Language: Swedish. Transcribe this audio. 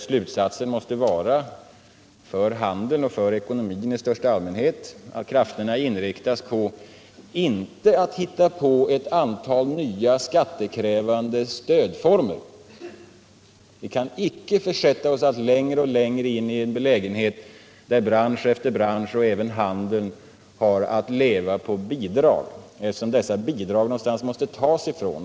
Slutsatsen måste då det gäller handeln och ekonomin i största allmänhet bli att krafterna inte får inriktas på att skapa ett antal nya skattekrävande stödformer. Vi kan inte mer och mer försätta oss i en belägenhet där bransch efter bransch, och även handeln, har att leva på bidrag. Dessa bidrag måste ju tas någonstans.